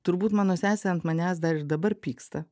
turbūt mano sesė ant manęs dar ir dabar pyksta